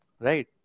Right